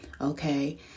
okay